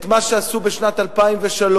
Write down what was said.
את מה שעשו בשנת 2003,